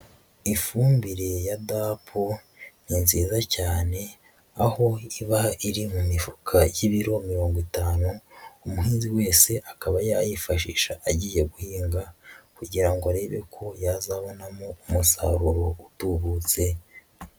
Ifumbire ya DAP ni nziza cyane aho iba iri mu mifuka y'ibiro mirongo itanu, umuhinzi wese akaba yayifashisha agiye guhinga kugira ngo arebe ko yazabonamo umusaruro utubutse.